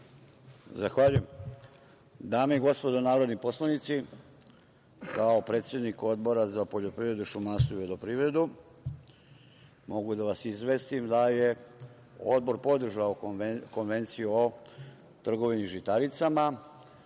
Zahvaljujem. Dame i gospodo narodni poslanici, kao predsednik Odbora za poljoprivredu, šumarstvo i vodoprivredu mogu da vas izvestim da je Odbor podržao Konvenciju o trgovini žitaricama